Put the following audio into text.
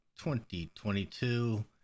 2022